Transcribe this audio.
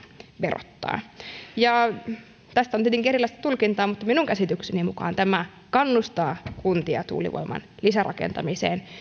verottaa tästä on tietenkin erilaista tulkintaa mutta minun käsitykseni mukaan tämä kannustaa kuntia tuulivoiman lisärakentamiseen